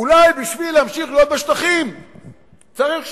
אולי בשביל להמשיך להיות בשטחים צריך 80?